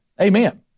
Amen